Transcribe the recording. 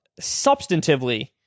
substantively